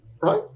Right